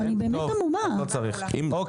אוקי.